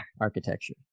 architecture